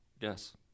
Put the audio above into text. Yes